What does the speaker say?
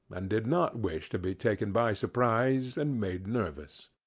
and did not wish to be taken by surprise, and made nervous.